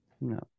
No